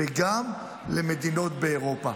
וגם למדינות באירופה.